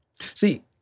See